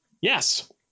Yes